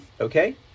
okay